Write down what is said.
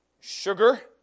sugar